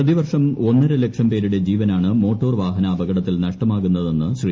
പ്രതിവർഷം ഒന്നര ലക്ഷം പേരുടെ ജീവനാണ് മോട്ടോർ വാഹനാപകടത്തിൽ നഷ്ടമാകുന്നതെന്ന് ശ്രീ